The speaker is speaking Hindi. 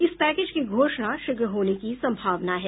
इस पैकेज की घोषणा शीघ्र होने की संभावना है